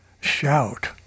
Shout